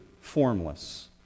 formless